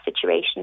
situation